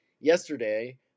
Yesterday